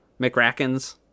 mcrackens